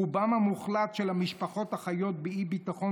"רובן המוחלט של המשפחות החיות באי-ביטחון